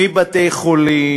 מבתי-חולים,